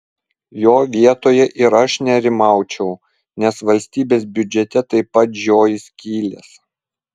jo vietoje ir aš nerimaučiau nes valstybės biudžete taip pat žioji skylės